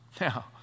Now